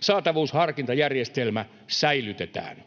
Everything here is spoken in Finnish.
Saatavuusharkintajärjestelmä säilytetään.